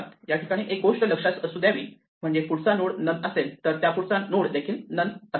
याठिकाणी एक गोष्ट लक्षात असू द्यावी म्हणजे पुढचा नोड नन असेल तर त्याचा पुढचा नोड देखील नन असेल